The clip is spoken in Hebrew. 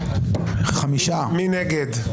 מי נגד?